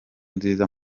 nziza